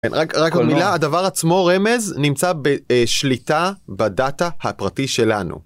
כן, רק המילה, הדבר עצמו רמז? נמצא בשליטה בדאטה הפרטי שלנו.